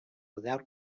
without